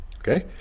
Okay